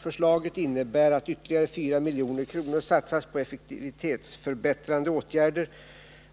Förslaget innebär att ytterligare 4 milj.kr. satsas på effektivitetsförbättrande åtgärder